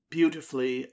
beautifully